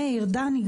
מאיר ודני,